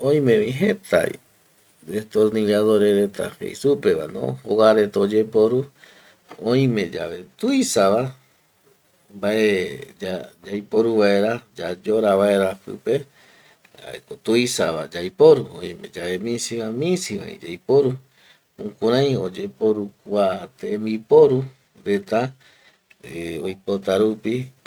Oimevi jeta destornilladore reta jei supevano kua reta oyeporu oime yave tuisava mbae ya yaiporu vaera yayora vaera pipe jaeko tuisava yaiporu oime yae misiva, misivavi yaiporu, jukurai oyeporu kua tembiporu reta eh oipota rupi